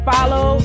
Follow